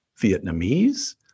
Vietnamese